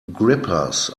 grippers